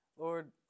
Lord